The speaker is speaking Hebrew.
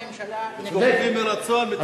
מרצון, מרצון.